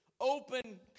open